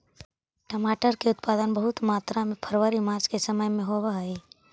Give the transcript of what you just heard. टमाटर के उत्पादन बहुत मात्रा में फरवरी मार्च के समय में होवऽ हइ